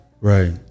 Right